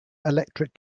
electric